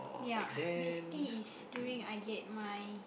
yeah basically it's during I get my